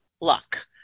luck